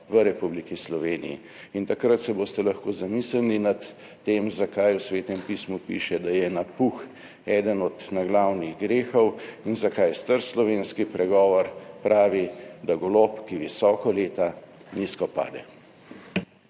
v Republiki Sloveniji in takrat se boste lahko zamislili nad tem, zakaj v Svetem pismu piše, da je napuh eden od naglavnih grehov in zakaj je star slovenski pregovor pravi, da golob, ki visoko leta, nizko pade.